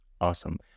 Awesome